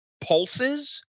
pulses